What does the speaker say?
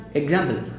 example